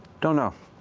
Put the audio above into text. don't know.